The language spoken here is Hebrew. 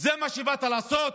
זה מה שבאת לעשות?